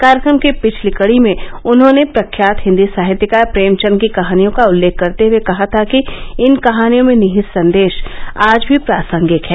कार्यक्रम की पिछली कडी में उन्होंने प्रख्यात हिन्दी साहित्यकार प्रेमचन्द की कहानियों का उल्लेख करते हए कहा था कि इन कहानियों में निहित संदेश आज भी प्रासंगिक है